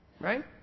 Right